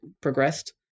progressed